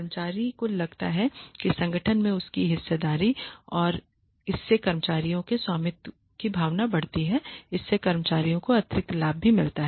कर्मचारियों को लगता है कि संगठन में उनकी हिस्सेदारी है और इससे कर्मचारियों के स्वामित्व की भावना बढ़ती है और इससे कर्मचारियों को अतिरिक्त लाभ भी मिलता है